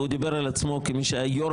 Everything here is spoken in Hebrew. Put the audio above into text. הוא דיבר על עצמו כמי שהיה יושב ראש